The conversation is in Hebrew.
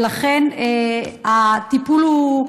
הטיפול הוא,